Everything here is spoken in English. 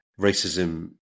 racism